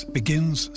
begins